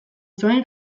zuen